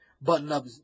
button-up